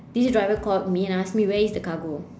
this driver called me and asked me where is the cargo